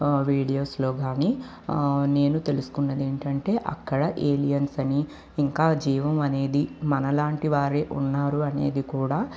వీడియోస్లో కాని నేను తెలుసుకున్నది ఏంటంటే అక్కడ ఏలియన్స్ అని ఇంకా జీవం అనేది మనలాంటి వారే ఉన్నారు అనేది కూడా